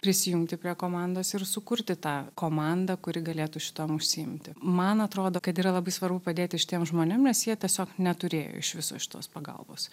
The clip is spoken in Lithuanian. prisijungti prie komandos ir sukurti tą komandą kuri galėtų šituom užsiimti man atrodo kad yra labai svarbu padėti šitiem žmonėm nes jie tiesiog neturėjo iš viso šitos pagalbos